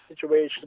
situation